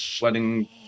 wedding